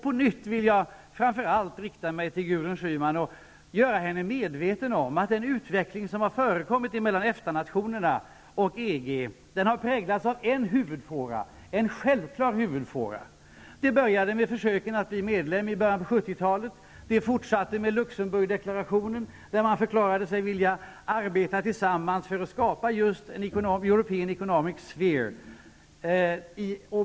På nytt vill jag rikta mig till framför allt Gudrun Schyman och göra henna medveten om att den utveckling som har förekommit av förhållandet mellan nationerna i EFTA och EG har följt en självklar huvudfåra. Det började med försöken att bli medlem i början av 70-talet. Det fortsatte med Luxemburgdeklarationen, där man förklarade sig vilja arbeta tillsammans för att skapa EES, the European Economic Sphere.